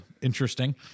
Interesting